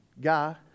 guy